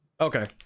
Okay